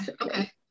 Okay